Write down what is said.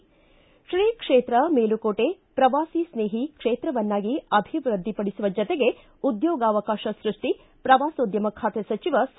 ಿ ಶ್ರೀ ಕ್ಷೇತ್ರ ಮೇಲುಕೋಟಿ ಪ್ರವಾಸಿ ಸ್ನೇಹಿ ಕ್ಷೇತ್ರವನ್ನಾಗಿ ಅಭಿವೃದ್ಧಿಪಡಿಸುವ ಜತೆಗೆ ಉದ್ಯೋಗಾವಕಾಶ ಸೃಷ್ಟಿ ಪ್ರವಾಸೋದ್ಯಮ ಖಾತೆ ಸಚಿವ ಸಾ